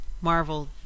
Marvel